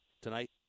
tonight